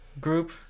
group